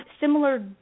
similar